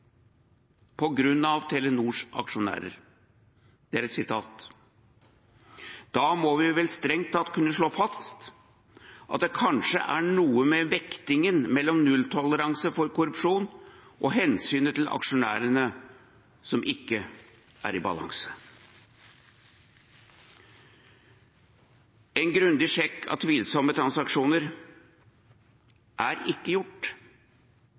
sitat. Da må vi vel strengt tatt kunne slå fast at det kanskje er noe med vektinga mellom nulltoleranse for korrupsjon og hensynet til aksjonærene som ikke er i balanse. En grundig sjekk av tvilsomme transaksjoner er